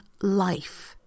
life